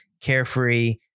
carefree